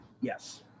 yes